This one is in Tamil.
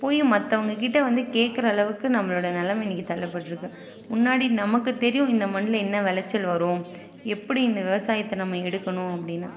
போய் மற்றவங்க கிட்ட வந்து கேட்குற அளவுக்கு நம்மளோடய நிலம இன்றைக்கு தள்ளப்பட்டுருக்கு முன்னாடி நமக்கு தெரியும் இந்த மண்ணில் என்ன விளச்சல் வரும் எப்படி இந்த விவசாயத்தை நம்ம எடுக்கணும் அப்படினு